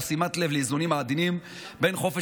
תוך שימת לב לאיזונים העדינים בין חופש